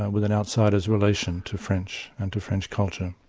with an outsider's relation to french and to french culture.